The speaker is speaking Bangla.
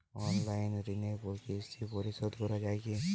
অনলাইন ঋণের কিস্তি পরিশোধ করা যায় কি?